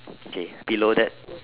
okay below that